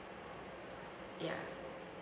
ya